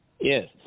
Yes